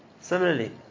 Similarly